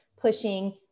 pushing